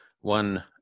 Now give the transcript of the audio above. one